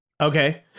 Okay